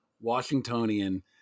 Washingtonian